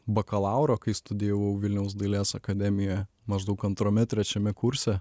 bakalauro kai studijavau vilniaus dailės akademijoje maždaug antrame trečiame kurse